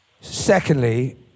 Secondly